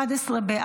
סעיפים 1 18 נתקבלו.